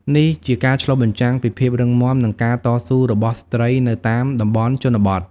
នេះជាការឆ្លុះបញ្ចាំងពីភាពរឹងមាំនិងការតស៊ូរបស់ស្ត្រីនៅតាមតំបន់ជនបទ។